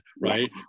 Right